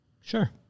Sure